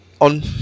on